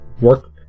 work